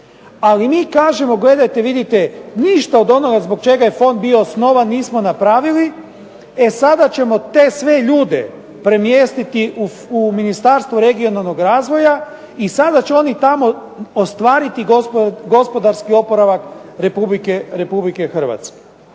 Ali mi kažemo gledajte, vidite ništa od onoga zbog čega je fond bio osnovan nismo napravili, e sada ćemo te sve ljude premjestiti u Ministarstvo regionalnog razvoja i sada će oni tamo ostvariti gospodarski oporavak Republike Hrvatske.